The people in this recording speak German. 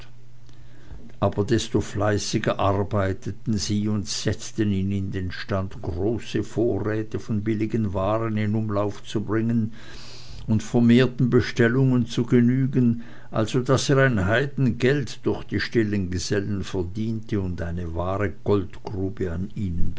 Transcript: aber desto fleißiger arbeiteten sie und setzten ihn in den stand große vorräte von billigen waren in umlauf zu bringen und vermehrten bestellungen zu genügen also daß er ein heidengeld durch die stillen gesellen verdiente und eine wahre goldgrube an ihnen